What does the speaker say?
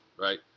Right